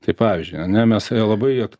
tai pavyzdžiui ane mes labai